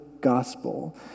gospel